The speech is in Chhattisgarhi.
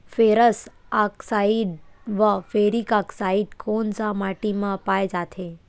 फेरस आकसाईड व फेरिक आकसाईड कोन सा माटी म पाय जाथे?